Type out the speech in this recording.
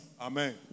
Amen